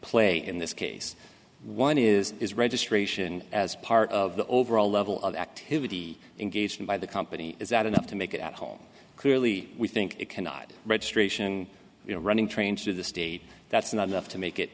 play in this case one is his registration as part of the overall level of activity engaged in by the company is that enough to make it at home clearly we think it cannot registration we're running trains through the state that's not enough to make it